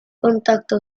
contacto